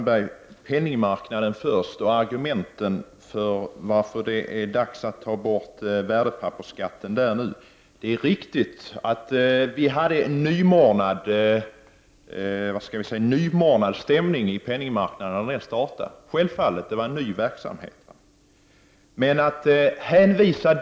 Herr talman! När det gäller argumenten för att det är dags att ta bort värdepappersskatten, Yvonne Sandberg-Fries, vill jag säga att det är riktigt att vi hade en nymornad stämning på penningmarknaden när värdepappersskat ten infördes.